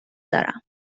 دارم